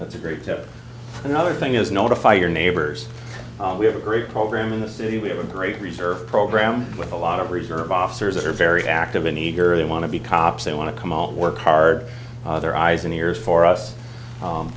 that's a great tip another thing is notify your neighbors we have a great program in the city we have a great reserve program with a lot of reserve officers that are very active in eager they want to be cops they want to come out work hard their eyes and ears for us